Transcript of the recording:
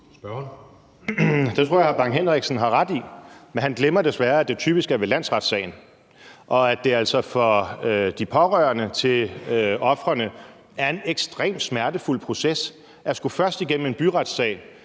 (DF): Det tror jeg hr. Preben Bang Henriksen har ret i. Men han glemmer desværre, at det typisk er ved landsretssagen, og at det altså for de pårørende til ofrene er en ekstremt smertefuld proces først at skulle igennem en byretssag,